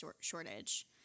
shortage